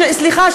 סליחה,